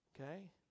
Okay